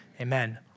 Amen